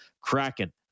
Kraken